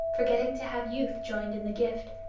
forgetting to have youth joined in the gift,